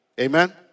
Amen